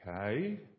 Okay